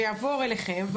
זה יעבור אליכם,